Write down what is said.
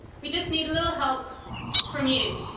we just need a little help from you.